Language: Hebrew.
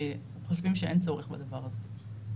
חושבים שאין צורך בדבר הזה.